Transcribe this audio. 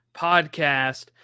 podcast